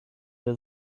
der